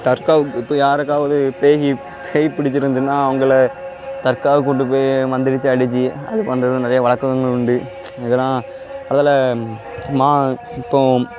தர்காவுக்கு இப்போ யாருக்காவது பேய் பேய் பிடிச்சிருந்ததுன்னா அவங்கள தர்காவுக்கு கொண்டு போய் மந்திரிச்சு அடிச்சு அது பண்ணுறதும் நிறைய வழக்கங்கள் உண்டு இதெல்லாம் அதில் மா இப்போ